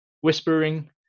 whispering